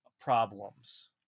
problems